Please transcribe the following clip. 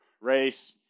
race